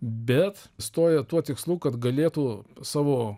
bet stoja tuo tikslu kad galėtų savo